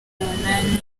umunani